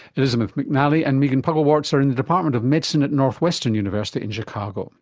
elizabeth mcnally and megan puckelwartz are in the department of medicine at northwestern university in chicago